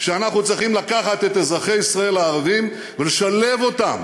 שאנחנו צריכים לקחת את אזרחי ישראל הערבים ולשלב אותם